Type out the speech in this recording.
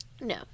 no